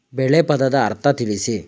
ಬೆಳೆ ಪದದ ಅರ್ಥ ತಿಳಿಸಿ?